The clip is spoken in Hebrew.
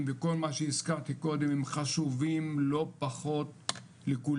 וכל מה שהזכרתי קודם הם חשובים לא פחות לכולנו,